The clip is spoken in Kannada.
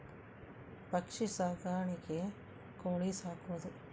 ಪಕ್ಷಿ ಸಾಕಾಣಿಕೆ ಕೋಳಿ ಸಾಕುದು